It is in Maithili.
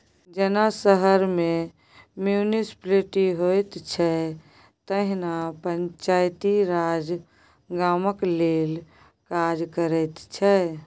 जेना शहर मे म्युनिसप्लिटी होइ छै तहिना पंचायती राज गामक लेल काज करैत छै